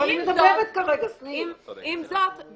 עם זאת,